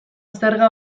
zerga